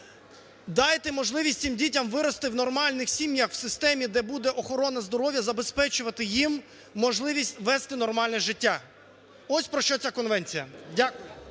Дайте можливість цим дітям вирости в нормальних сім'ях, в системі, де буде охорона здоров'я забезпечувати їм можливість вести нормальне життя. Ось про що ця конвенція. Дякую.